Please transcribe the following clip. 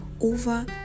over